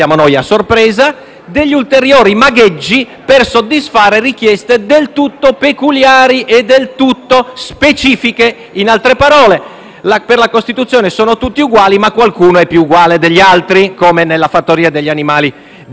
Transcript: degli ulteriori magheggi per soddisfare richieste del tutto peculiari e del tutto specifiche: in altre parole, per la Costituzione sono tutti uguali ma qualcuno è più uguale degli altri, come nel romanzo «La fattoria degli animali» di Orwell.